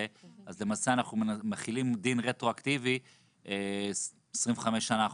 אז למעשה אנחנו מחילים דין רטרואקטיבי 25 שנה אחורה.